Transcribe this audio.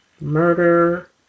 murder